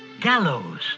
gallows